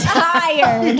tired